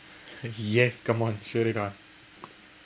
yes come on sure did not